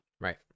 Right